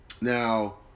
Now